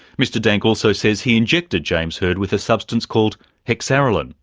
mr dank also says he injected james hird with a substance called hexarelin,